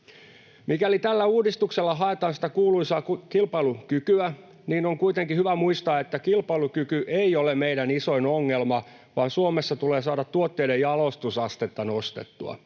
Mikäli tällä uudistuksella haetaan sitä kuuluisaa kilpailukykyä, niin on kuitenkin hyvä muistaa, että kilpailukyky ei ole meidän isoin ongelma, vaan Suomessa tulee saada tuotteiden jalostusastetta nostettua.